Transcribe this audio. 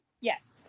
Yes